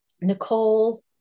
Nicole